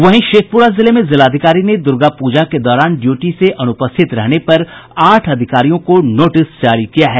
वहीं शेखपुरा जिले में जिलाधिकारी ने दुर्गापूजा के दौरान ड्यूटी से अनुपस्थित रहने पर आठ अधिकारियों को नोटिस जारी किया है